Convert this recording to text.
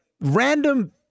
random